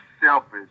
selfish